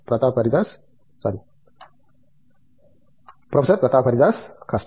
professor Pratap Haridas కష్టం